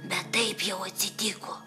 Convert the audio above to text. bet taip jau atsitiko